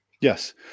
Yes